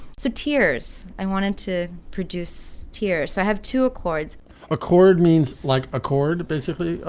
so tears, i wanted to produce tears so i have to accord's a cord means like a cord, basically. ah